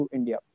India